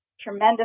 tremendous